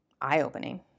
eye-opening